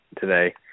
today